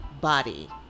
body